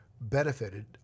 benefited